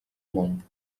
món